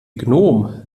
gnom